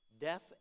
death